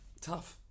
tough